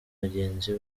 bagenzi